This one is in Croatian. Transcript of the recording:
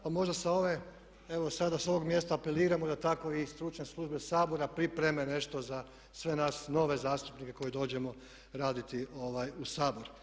Pa možda sa ove evo sada s ovog mjesta apeliram da tako i stručne službe Sabora pripreme nešto za sve nas nove zastupnike koji dođemo raditi u Sabor.